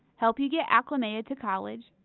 help you get acclimated to college,